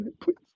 please